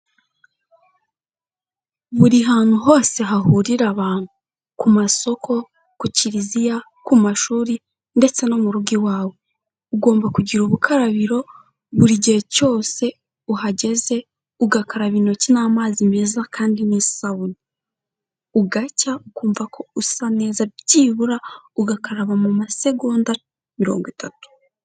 Buri hantu hose hahurira abantu. Ku masoko, ku kiliziya, ku mashuri, ndetse no mu rugo iwawe. Ugomba kugira ubukarabiro, buri gihe cyose uhageze, ugakaraba intoki n'amazi meza, kandi n'isabune. Ugacya ukumva ko usa neza, byibura ugakaraba mu masegonda mirongo itatu.